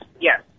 yes